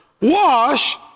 wash